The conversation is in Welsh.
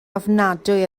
ofnadwy